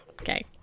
Okay